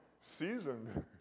seasoned